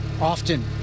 often